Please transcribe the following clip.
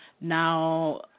now